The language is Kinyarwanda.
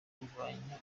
kurwanya